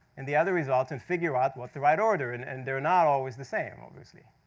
and the other result, and figure out what the right order and and they're not always the same, obviously.